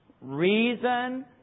reason